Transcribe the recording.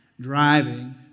driving